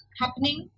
happening